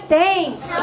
thanks